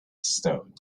stones